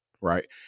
Right